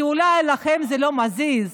כי אולי לכם זה לא מזיז,